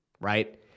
right